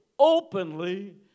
Openly